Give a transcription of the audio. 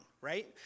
right